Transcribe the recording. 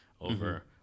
over